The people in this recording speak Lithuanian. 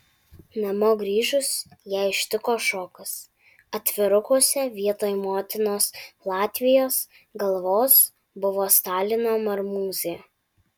namo grįžus ją ištiko šokas atvirukuose vietoj motinos latvijos galvos buvo stalino marmūzė